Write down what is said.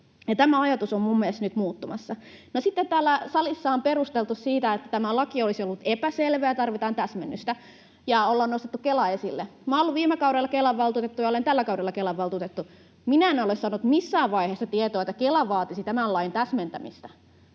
tämä ajatus on minun mielestäni nyt muuttumassa. No sitten täällä salissa on perusteltu sillä, että tämä laki olisi ollut epäselvä ja tarvitaan täsmennystä, ja ollaan nostettu Kela esille. Olen ollut viime kaudella Kelan valtuutettu ja olen tällä kaudella Kelan valtuutettu. Minä en ole saanut missään vaiheessa tietoa, että Kela vaatisi tämän lain täsmentämistä.